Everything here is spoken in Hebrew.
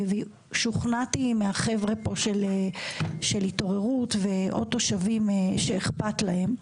ושוכנעתי מהחבר'ה פה של התעוררות ועוד תושבים שאכפת להם,